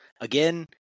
Again